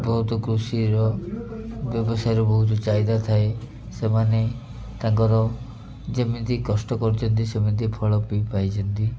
ବହୁତ କୃଷିର ବ୍ୟବସାୟରୁ ବହୁତ ଚାହିଦା ଥାଏ ସେମାନେ ତାଙ୍କର ଯେମିତି କଷ୍ଟ କରୁଛନ୍ତି ସେମିତି ଫଳ ପିଇ ପାଇଛନ୍ତି